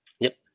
yup